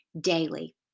daily